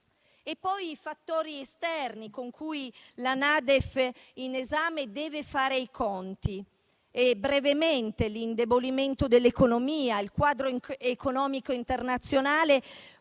E poi i fattori esterni con cui la NADEF in esame deve fare i conti. Brevemente accenno all'indebolimento dell'economia. Il quadro economico internazionale